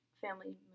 family